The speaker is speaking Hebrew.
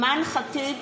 אימאן ח'טיב